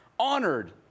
Honored